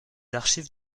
archives